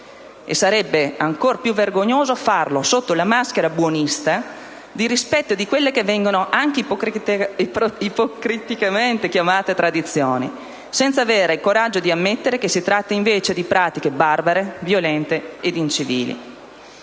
Sarebbe ancora più vergognoso farlo sotto la maschera buonista del rispetto di quelle che vengono ipocritamente definite tradizioni, senza avere il coraggio di ammettere che si tratta invece di pratiche barbare, violente ed incivili.